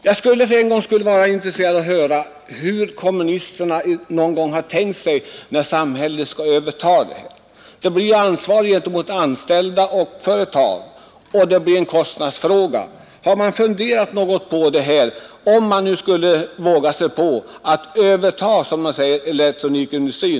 Det skulle vara intressant att höra hur kommunisterna har tänkt sig att det skall gå till, om samhället skall överta denna verksamhet, ansvar gentemot anställda och företag, kostnadsfrågor osv. Har kommunisterna funderat över hur det skulle ställa sig, om staten skulle våga sig på att överta elektronikindustrin?